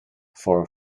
for